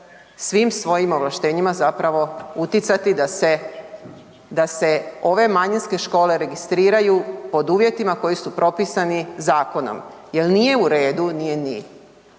svim svojim ovlaštenjima utjecati da se ove manjinske škole registriraju pod uvjetima koji su propisani zakonom jel nije u redu, nije ni